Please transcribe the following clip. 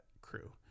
crew